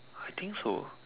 I think so